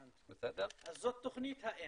הבנתי, אז זאת תוכנית האם.